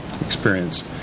experience